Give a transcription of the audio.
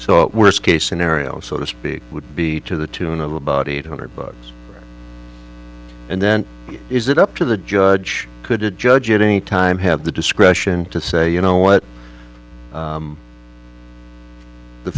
so were scaife scenario so to speak would be to the tune of about eight hundred bucks and then is it up to the judge could a judge at any time have the discretion to say you know what